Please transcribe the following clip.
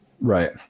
Right